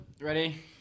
ready